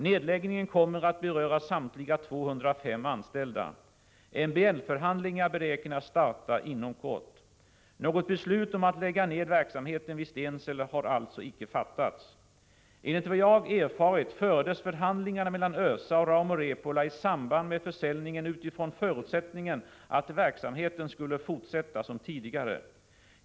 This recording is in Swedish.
Nedläggningen kommer att beröra samtliga 205 anställda. MBL förhandlingar beräknas starta inom kort. Något beslut om att lägga ned verksamheten vid Stensele har alltså icke fattats. Enligt vad jag erfarit fördes förhandlingarna med ÖSA och Rauma Repola i samband med försäljningen utifrån förutsättningen att verksamheten skulle fortsätta som tidigare.